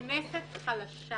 הכנסת חלשה